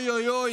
אוי אוי אוי,